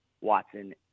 Watson